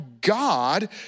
God